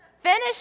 Finish